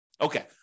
Okay